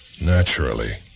Naturally